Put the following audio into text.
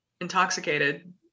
intoxicated